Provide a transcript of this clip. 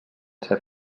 ser